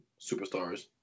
superstars